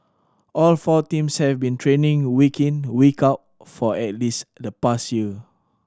all four teams have been training week in week out for at least the past year